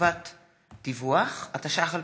וחובת דיווח), התשע"ח 2018,